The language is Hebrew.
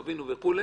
עווינו וכולי.